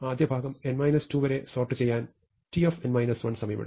ആദ്യ ഭാഗം n 2 വരെ സോർട്ട് ചെയ്യാൻ t സമയമെടുക്കും